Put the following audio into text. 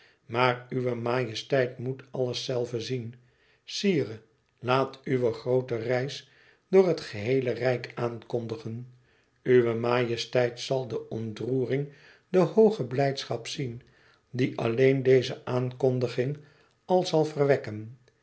maar uwe majesteit moet alles zelve zien sire laat uwe groote reis door het geheele rijk aankondigen uwe majesteit zal de ontroering e ids aargang de hooge blijdschap zien die alleen deze aankondiging al zal verwekken